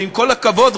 ועם כל הכבוד,